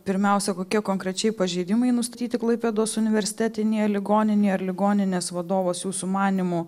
pirmiausia kokie konkrečiai pažeidimai nustatyti klaipėdos universitetinėje ligoninėje ar ligoninės vadovas jūsų manymu